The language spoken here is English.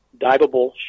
diveable